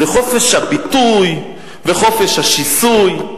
זה חופש הביטוי וחופש השיסוי.